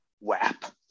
wap